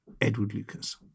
edwardlucas